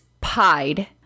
pied